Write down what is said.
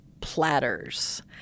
platters